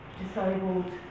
disabled